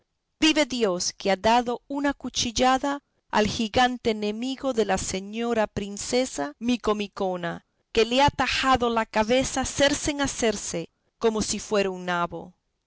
vive dios que ha dado una cuchillada al gigante enemigo de la señora princesa micomicona que le ha tajado la cabeza cercen a cercen como si fuera un nabo